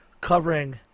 covering